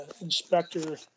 inspector